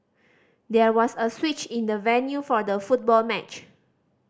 there was a switch in the venue for the football match